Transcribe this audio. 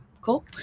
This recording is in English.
cool